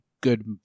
good